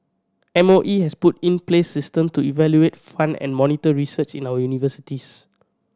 M O E has put in place system to evaluate fund and monitor research in our universities